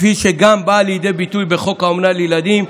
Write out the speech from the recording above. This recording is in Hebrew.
כפי שהיא גם באה לידי ביטוי בחוק אומנה לילדים,